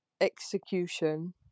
execution